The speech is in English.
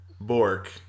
Bork